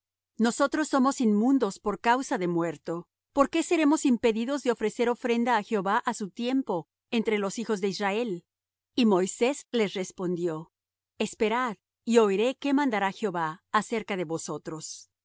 nosotros somos inmundos por causa de muerto por qué seremos impedidos de ofrecer ofrenda á jehová á su tiempo entre los hijos de israel y moisés les respondió esperad y oiré qué mandará jehová acerca de vosotros